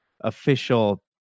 official